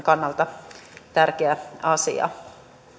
kannalta tärkeä asia